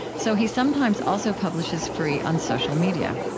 so he sometimes also publishes free on social media.